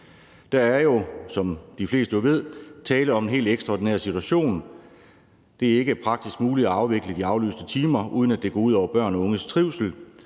Der er jo, som de fleste jo ved, tale om en helt ekstraordinær situation. Det er ikke praktisk muligt at afvikle de aflyste timer, uden at det går ud over børn og unges trivsel;